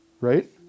right